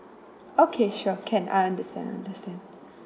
okay sure can I understand understand